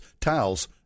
towels